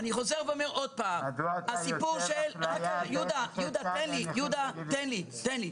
--- יהודה, תן לי, תן לי.